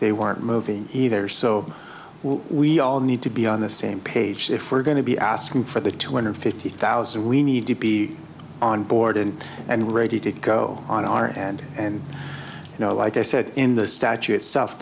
they weren't moving either so we all need to be on the same page if we're going to be asking for the two hundred fifty thousand we need to be on board and and ready to go on our and and you know like i said in the statute itself